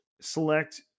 select